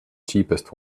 cheapest